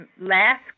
last